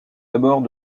abords